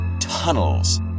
tunnels